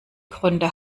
gründe